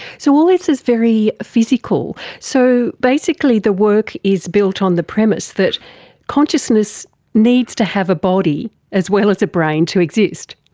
so all this is very physical. so basically the work is built on the premise that consciousness needs to have a body as well as a brain to exist.